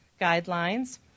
guidelines